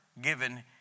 given